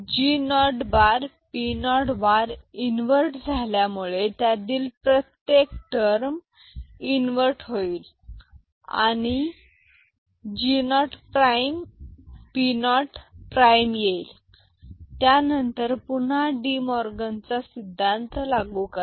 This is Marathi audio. G0 बारP0 बार इन्वर्टर झाल्यामुळे यातील प्रत्येक टर्म इन्वर्ट होईल आणि G0 प्राईम P0 प्राईम येईल त्यानंतर पुन्हा डी मॉर्गन चा सिद्धांत लागू करा